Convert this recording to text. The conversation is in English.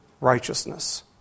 righteousness